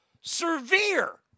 severe